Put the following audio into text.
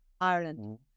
Ireland